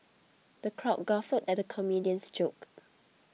the crowd guffawed at the comedian's jokes